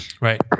Right